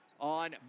on